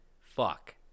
fuck